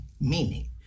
meaning